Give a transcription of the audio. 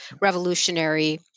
revolutionary